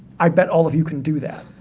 i bet all of you can do that.